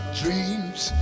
dreams